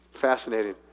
fascinating